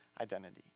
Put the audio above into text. identity